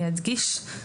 אני אדגיש,